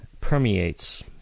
permeates